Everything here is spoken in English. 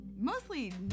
mostly